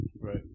Right